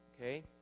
Okay